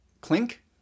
Clink